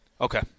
Okay